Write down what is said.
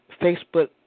Facebook